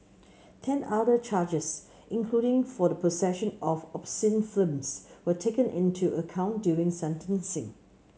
ten other charges including for the possession of obscene films were taken into account during sentencing